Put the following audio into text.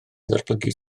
ddatblygu